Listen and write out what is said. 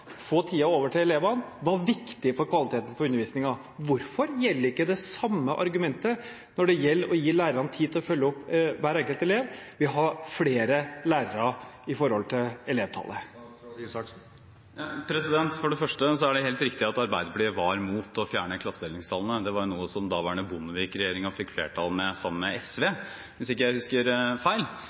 elevene – var viktig for kvaliteten på undervisningen. Hvorfor gjelder ikke det samme argumentet når det gjelder å gi lærerne tid til å følge opp hver enkelt elev – ved å ha flere lærere i forhold til elevtallet? For det første er det helt riktig at Arbeiderpartiet var imot å fjerne klassedelingstallene. Det var noe den daværende Bondevik-regjeringen fikk flertall for, sammen med SV, hvis jeg ikke husker feil.